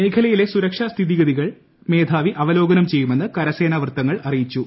മേഖലയിലെ സുരക്ഷാ സ്ഥിതിഗതികൾ മേധാവി അവലോകനം ചെയ്യുമെന്ന് കരസേനാ വൃത്തങ്ങൾ അറിയിച്ചു